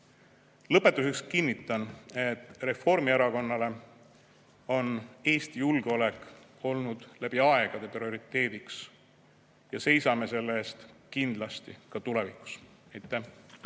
Lõpetuseks kinnitan, et Reformierakonnale on Eesti julgeolek olnud läbi aegade prioriteediks ja me seisame selle eest kindlasti ka tulevikus. Aitäh!